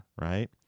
Right